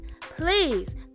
please